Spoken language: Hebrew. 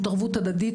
הערבות הדדית,